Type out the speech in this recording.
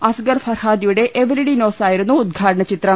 അസ്ഗർ ഫർഹാദിയുടെ Everybody Knows ആയിരുന്നു ഉദ്ഘാടന ചിത്രം